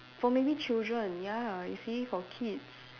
for maybe children ya you see for kids